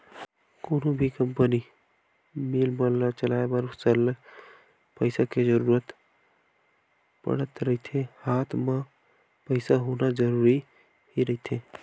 कोनो भी company, mill मन ल चलाय बर सरलग पइसा के जरुरत पड़त रहिथे हात म पइसा होना जरुरी ही रहिथे